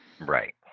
Right